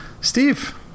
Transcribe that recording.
Steve